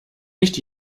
nicht